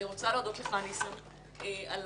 אני רוצה להודות לך, ניסן, על